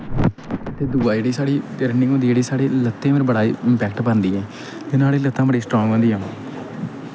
ते दूआ जेह्ड़ी साढ़ी रनिंग होंदी साढ़ी जेह्ड़ी लत्तें पर बड़ा इंपैक्ट पांदी ऐ ते नुहाड़े ने लत्तां बड़ियां स्ट्रांग होंदियां न